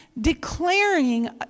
declaring